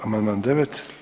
Amandman 9.